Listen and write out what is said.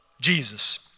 Jesus